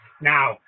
Now